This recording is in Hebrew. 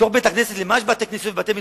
בתוך בית הכנסת, למה יש בתי-כנסת ובתי-מדרשות?